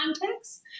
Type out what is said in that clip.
contexts